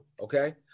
Okay